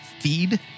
feed